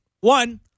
one